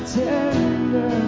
tender